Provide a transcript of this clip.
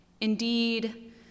Indeed